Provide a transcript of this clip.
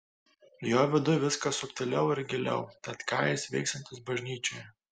jo viduj viskas subtiliau ir giliau tad ką jis veiksiantis bažnyčioje